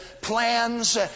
plans